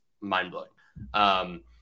mind-blowing